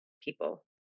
people